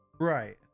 right